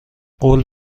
قول